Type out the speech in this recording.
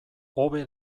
hobe